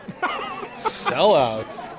Sellouts